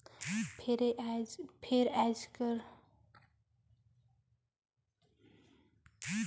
फेर आएज कर समे में ढेरे बगरा दवई बीरो में पइसा फूंकाए जाथे कोनो परकार कर फसिल लेहे में